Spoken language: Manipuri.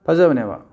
ꯐꯖꯕꯅꯦꯕ